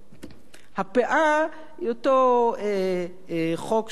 ה"פאה" היא אותו חוק שאנחנו מכירים,